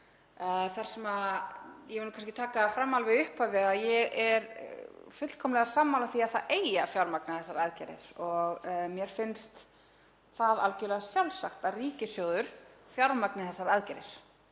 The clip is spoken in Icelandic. Það sem ég vil taka fram alveg í upphafi er að ég er fullkomlega sammála því að það eigi að fjármagna þessar aðgerðir og mér finnst algjörlega sjálfsagt að ríkissjóður fjármagni þessar aðgerðir,